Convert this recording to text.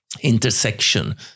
intersection